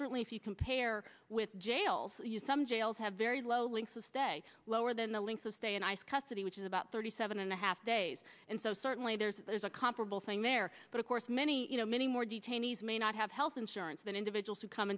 certainly if you compare with jails you some jails have very low links to stay lower than the length of stay in ice custody which is about thirty seven and a half days and so certainly there's there's a comparable thing there but of course many many more detainees may not have health insurance than individuals who come